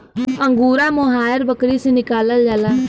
angora mohair बकरी से निकालल जाला